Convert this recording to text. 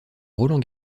roland